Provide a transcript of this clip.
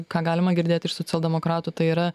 ką galima girdėt iš socialdemokratų tai yra